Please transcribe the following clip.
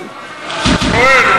אני שואל,